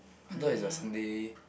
I thought is your Sunday